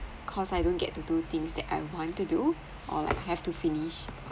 cause I don't get to do things that I want to do or like have to finish